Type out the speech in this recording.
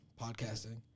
Podcasting